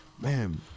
man